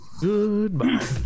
Goodbye